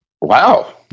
Wow